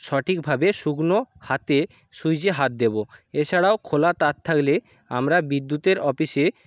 সঠিকভাবে সুকনো হাতে সুইচে হাত দেব এছারাও খোলা তার থাকলে আমরা বিদ্যুতের অপিসে